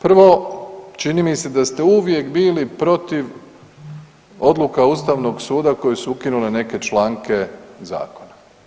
Prvo čini mi se da ste uvijek bili protiv odluka Ustavnog suda koje su ukinule neke članke zakona.